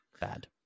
bad